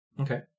Okay